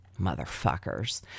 Motherfuckers